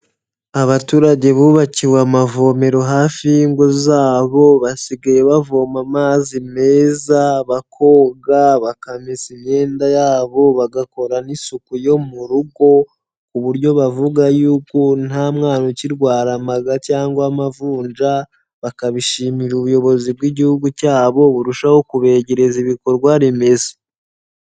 Abaturage bubakiwe amavomero hafi y'ingo zabo, basigaye bavoma amazi meza, bakoga, bakamesa imyenda yabo, bagakora n'isuku yo mu rugo, ku buryo bavuga yuko nta mwana ukirwara amaga cyangwa amavunja, bakabishimira ubuyobozi bw'igihugu cyabo burushaho kubegereza ibikorwa remezo.